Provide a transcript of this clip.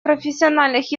профессиональных